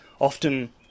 often